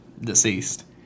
deceased